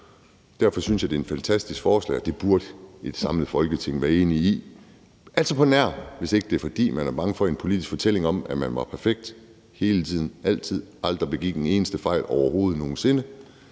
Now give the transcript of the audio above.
Derfor synes jeg, det er et fantastisk forslag, og det burde et samlet Folketing være enige i – hvis det ikke var, fordi man er bange for en politisk fortælling om, at man ikke var perfekt hele tiden og altid og aldrig begik en eneste fejl overhovedet nogen sinde,